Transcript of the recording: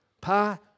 pa